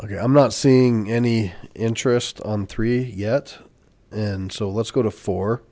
ok i'm not seeing any interest on three yet and so let's go to four